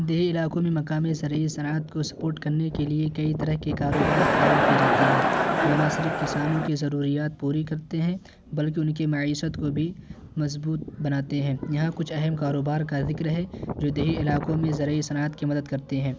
دیہی علاقوں میں مقامی زرعی زراعت کو سپورٹ کرنے کے لیے کئی طرح کے کاروبار قائم کیے جاتے ہیں جو نہ صرف کسانوں کی ضروریات پوری کرتے ہیں بلکہ ان کے معیشت کو بھی مضبوط بناتے ہیں یہاں کچھ اہم کاروبار کا ذکر ہے جو دیہی علاقوں میں زرعی صناعت کی مدد کرتے ہیں